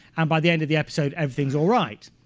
and by the end of the episode everything's all right.